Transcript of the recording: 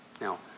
Now